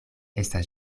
estas